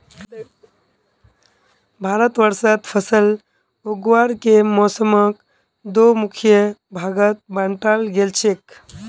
भारतवर्षत फसल उगावार के मौसमक दो मुख्य भागत बांटाल गेल छेक